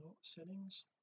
settings